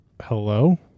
Hello